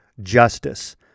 justice